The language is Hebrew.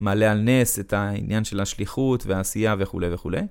מעלה על נס את העניין של השליחות והעשייה וכו' וכו'.